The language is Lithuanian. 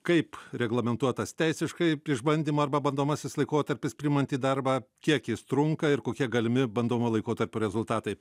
kaip reglamentuotas teisiškai išbandymo arba bandomasis laikotarpis priimant į darbą kiek jis trunka ir kokie galimi bandomojo laikotarpio rezultatai